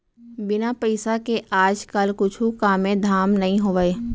बिन पइसा के आज काल कुछु कामे धाम नइ होवय